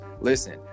Listen